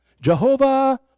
Jehovah